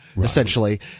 essentially